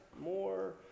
more